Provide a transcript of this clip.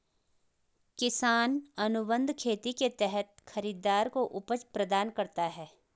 किसान अनुबंध खेती के तहत खरीदार को उपज प्रदान करता है